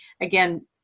again